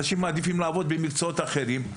אנשים מעדיפים לעבוד במקצועות אחרים.